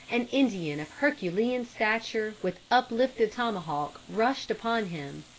an indian of herculean stature with uplifted tomahawk rushed upon him.